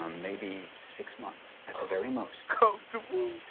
um maybe six months, at the very most. comfortable?